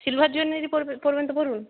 silver jewellery পরবে পরবেন তো পরুন